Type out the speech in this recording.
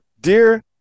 dear